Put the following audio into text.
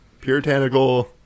puritanical